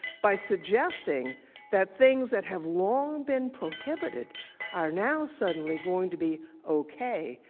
by suggesting that things that have long been prohibited are now suddenly going to be okay,